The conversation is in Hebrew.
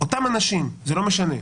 אותם אנשים, זה לא משנה,